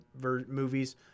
movies